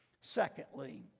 Secondly